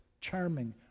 charming